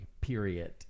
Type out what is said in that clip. period